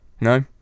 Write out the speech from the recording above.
No